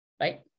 right